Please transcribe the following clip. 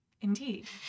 Indeed